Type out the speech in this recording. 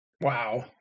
Wow